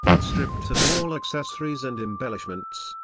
stripped of all accessories and embellishments,